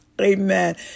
Amen